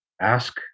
ask